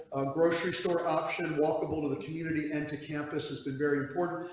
grocery store option walkable to the community and to campus. it's been very important,